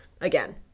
again